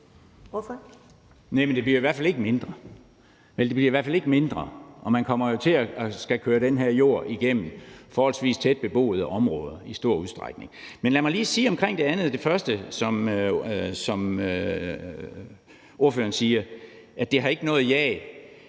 Kl. 20:17 Henning Hyllested (EL): Næh, men det bliver i hvert fald ikke mindre. Man kommer jo til at skulle køre den her jord igennem forholdsvis tæt beboede områder i stor udstrækning. Men lad mig lige sige noget til det første, som ordføreren siger, om, at der ikke er noget jag.